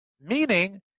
Meaning